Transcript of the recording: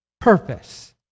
purpose